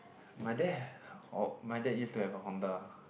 my dad or my dad used to have a Honda